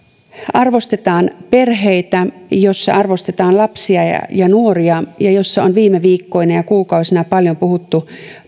arvostetaan perheitä jossa arvostetaan lapsia ja ja nuoria ja jossa on viime viikkoina ja kuukausina paljon puhuttu